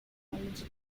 etymological